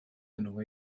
hwnnw